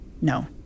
No